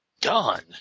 done